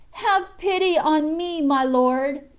have pity on me, my lord,